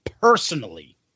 personally